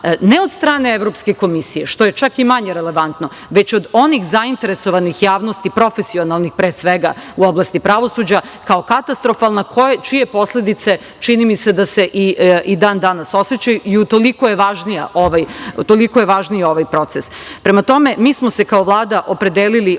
ne od strane Evropske komisije, što je čak i manje relevantno, već od onih zainteresovanih javnosti, profesionalnih pre svega u oblasti pravosuđa, kao katastrofalna, čije posledice, čini mi se da se i dan danas osećaju i utoliko je važniji ovaj proces. Prema tome, mi smo se kao Vlada opredelili od